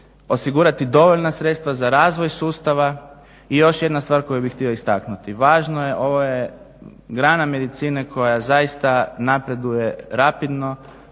osigurati dovoljna sredstva za razvoj sustava i još jedna stvar koju bih htio istaknuti. Važno je, ovo je grana medicine koja je zaista napreduje rapidno,